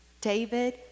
David